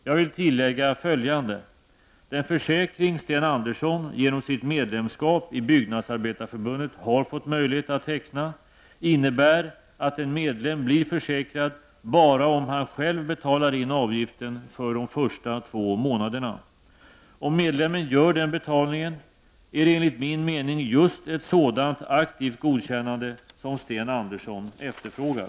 Jag vill tillägga följande: Den försäkring Sten Byggnadsarbetareförbundet har fått möjlighet att teckna innebär att en medlem blir försäkrad bara om han själv betalar in avgiften för de första två månaderna. Om medlemmen gör den betalningen, är det enligt min mening just ett sådant aktivt godkännande som Sten Andersson efterfrågar.